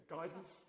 Guidance